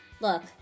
Look